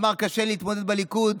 ואמר: קשה להתמודד בליכוד,